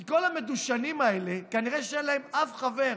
כי כל המדושנים האלה כנראה אין להם אף חבר,